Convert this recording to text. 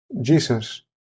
jesus